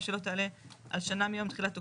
שלא תעלה על שנה מיום תחילת תוקפו,